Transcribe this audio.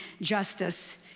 justice